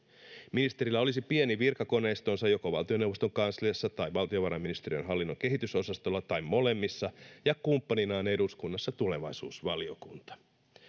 ministerillä olisi pieni virkakoneistonsa joko valtioneuvoston kansliassa tai valtiovarainministeriön hallinnonkehitysosastolla tai molemmissa ja kumppaninaan eduskunnassa tulevaisuusvaliokunta